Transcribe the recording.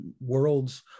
worlds